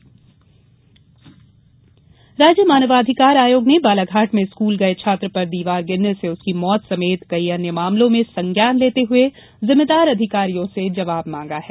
मानवाधिकार आयोग राज्य मानवाधिकार आयोग ने बालाघाट में स्कूल गए छात्र पर दीवार गिरने से उसकी मौत समेत कई अन्य मामलों में संज्ञान लेते हुए जिम्मेदार अधिकारियों से जवाब मांगा है